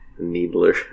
needler